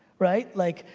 right like,